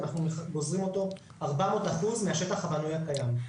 אנחנו גוזרים אותו 400% מהשטח הבנוי הקיים,